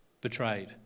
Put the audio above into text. betrayed